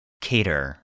Cater